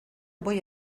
voy